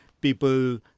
people